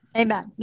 Amen